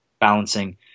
balancing